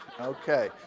Okay